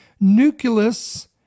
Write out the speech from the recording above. nucleus